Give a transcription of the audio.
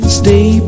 stay